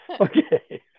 Okay